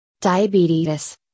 diabetes